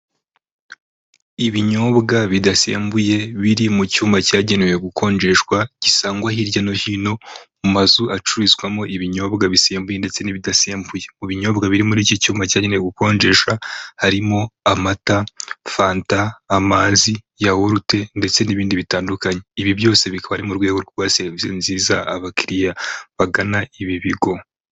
Ibinyobwa bidasembuye biri mu cyuma cyagenewe gukonjeshwa gisangwa hirya no hino mu mazu acurizwamo ibinyobwa bisembuye ndetse n'ibidasembuye ibinyobwa biri muri iki cyumba cyanewe gukonjesha harimo amata, fanta, amazi, ya worute ndetse n'ibindi bitandukanye ibi byose bikaba ari mu rwego rwa serivisi nziza abakiriya bagana ibi bigo.